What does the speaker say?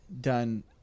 done